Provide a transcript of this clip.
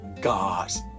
God's